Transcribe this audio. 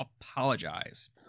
apologize